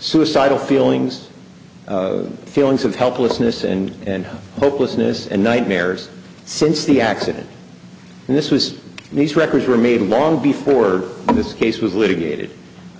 suicidal feelings feelings of helplessness and and hopelessness and nightmares since the accident and this was these records were made long before this case was litigated